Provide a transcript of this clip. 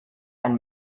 eine